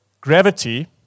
gravity